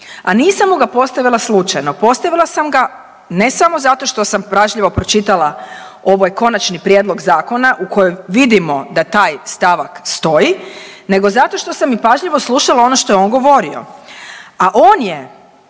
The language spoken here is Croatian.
a nisam mu ga postavila slučajno, postavila sam ga ne samo zato što sam pažljivo pročitala ovaj konačni prijedlog zakona u kojem vidimo da taj stavak stoji nego zato što sam i pažljivo slušala ono što je on govorio,